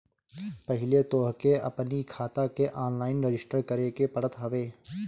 पहिले तोहके अपनी खाता के ऑनलाइन रजिस्टर करे के पड़त हवे